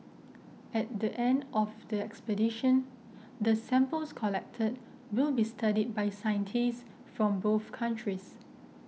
at the end of the expedition the samples collected will be studied by scientists from both countries